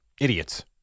Idiots